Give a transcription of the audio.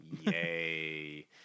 Yay